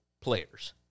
players